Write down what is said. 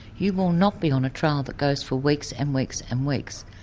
you will not be on a trial that goes for weeks and weeks and weeks.